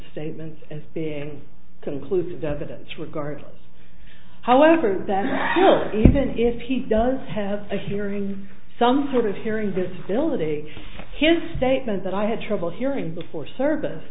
statements as being conclusive evidence regardless however that route even if he does have a hearing some sort of hearing visibility his statement that i had trouble hearing before service